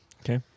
Okay